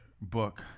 book